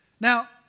Now